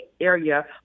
area